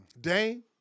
Dame